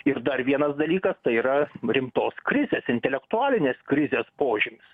ir dar vienas dalykas tai yra rimtos krizės intelektualinės krizės požymis